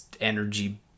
energy